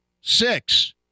six